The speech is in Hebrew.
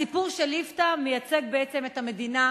הסיפור של ליפתא מייצג בעצם את המדינה,